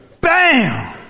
Bam